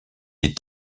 est